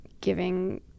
giving